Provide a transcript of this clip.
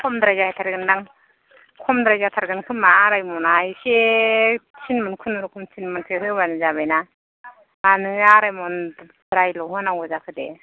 खमद्राय जाथारगोन दां खमद्राय जाथारगोन खोमा आराइमना एसे थिन मन खुनुरुखुम थिनमनसो होबानो जाबायना मानो आराइमनद्रायल होनांगौ जाखो दे